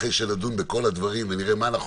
אחרי שנדון בכל הדברים ונראה מה אנחנו